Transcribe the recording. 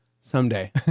someday